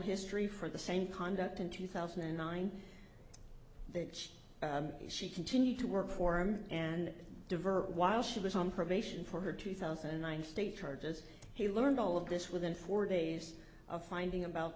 history for the same conduct in two thousand and nine that she continued to work for him and divert while she was on probation for her two thousand and nine state charges he learned all of this within four days of finding about